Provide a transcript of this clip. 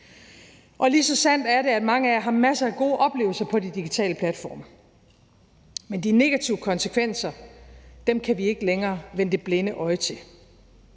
Lige så sandt er det, at mange af jer har masser af gode oplevelser på de digitale platforme. Men de negative konsekvenser kan vi ikke længere vende det blinde øje til.